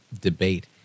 debate